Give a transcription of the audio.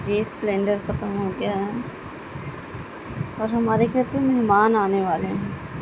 جی cylinder ختم ہو گیا اور ہمارے گھر پہ مہمان آنے والے ہیں